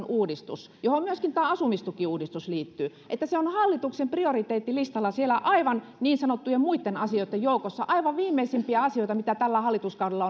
uudistus johon myös tämä asumistukiuudistus liittyy on hallituksen prioriteettilistalla siellä niin sanottujen muitten asioitten joukossa aivan viimeisimpiä asioita mitä tällä hallituskaudella